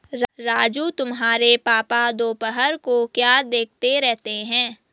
राजू तुम्हारे पापा दोपहर को क्या देखते रहते हैं?